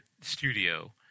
studio